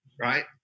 right